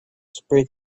spread